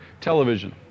television